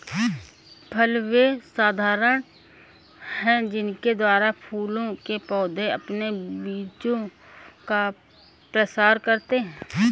फल वे साधन हैं जिनके द्वारा फूलों के पौधे अपने बीजों का प्रसार करते हैं